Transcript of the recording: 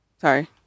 Sorry